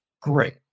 Great